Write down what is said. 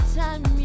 time